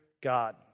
God